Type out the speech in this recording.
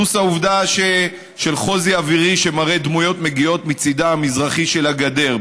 פלוס העובדה שחוֹזִי אווירי מראה דמויות מגיעות מצידה המזרחי של הגדר,